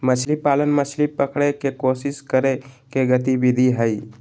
मछली पालन, मछली पकड़य के कोशिश करय के गतिविधि हइ